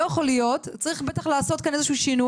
לא יכול להיות, צריך לעשות כאן איזה שינוי.